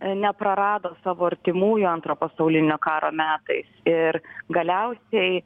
neprarado savo artimųjų antrojo pasaulinio karo metais ir galiausiai